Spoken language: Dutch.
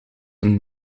een